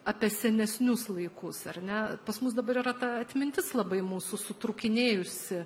apie senesnius laikus ar ne pas mus dabar yra ta atmintis labai mūsų sutrūkinėjusi